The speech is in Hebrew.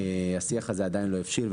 השיח הזה עדיין לא הבשיל,